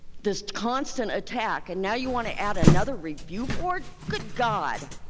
this constant attack. and now you want to add another review board? good god!